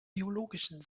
biologischen